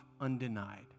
undenied